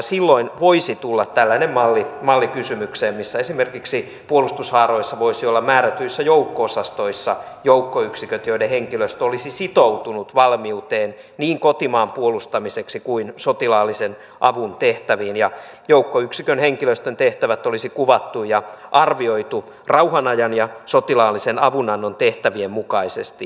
silloin voisi tulla tällainen malli kysymykseen missä esimerkiksi puolustushaaroissa voisi olla määrätyissä joukko osastoissa joukkoyksiköt joiden henkilöstö olisi sitoutunut valmiuteen niin kotimaan puolustamiseksi kuin sotilaallisen avun tehtäviin ja joukkoyksikön henkilöstön tehtävät olisi kuvattu ja arvioitu rauhanajan ja sotilaallisen avunannon tehtävien mukaisesti